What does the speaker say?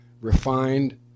refined